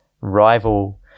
rival